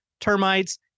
termites